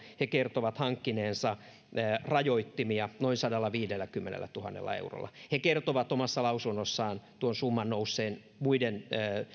he kertovat hankkineensa rajoittimia noin sadallaviidelläkymmenellätuhannella eurolla he kertovat omassa lausunnossaan tuon summan nousseen muiden